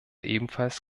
ebenfalls